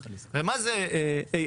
הרי מה זה AI?